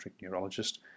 neurologist